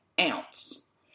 ounce